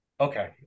Okay